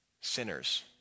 sinners